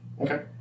Okay